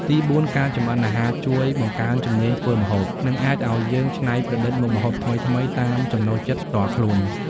ទីបួន ការចម្អិនអាហារជួយ បង្កើនជំនាញធ្វើម្ហូប និងអាចឱ្យយើងច្នៃប្រឌិតមុខម្ហូបថ្មីៗតាមចំណូលចិត្តផ្ទាល់ខ្លួន។